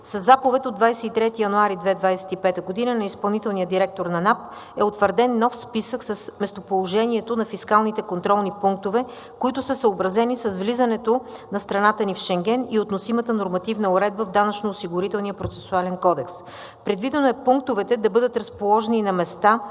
Със заповед от 23 януари 2025 г. на изпълнителния директор на НАП е утвърден нов списък с местоположението на фискалните контролни пунктове, които са съобразени с влизането на страната ни в Шенген и относимата нормативна уредба в Данъчно-осигурителния процесуален кодекс. Предвидено е пунктовете да бъдат разположени на места